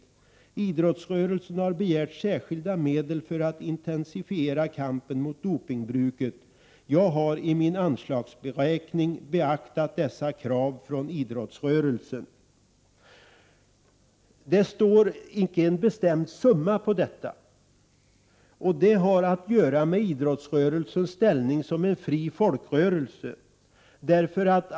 Där står också att idrottsrörelsen har begärt särskilda medel för att intensifiera kampen mot dopningen. Statsrådet har i sin anslagsberäkning beaktat dessa krav från idrottsrörelsen. Det står icke en bestämd summa för detta ändamål. Det har att göra med idrottsrörelsens ställning som fri folkrörelse.